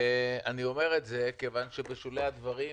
אני אומר את זה כיוון שבשולי הדברים